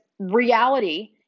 Reality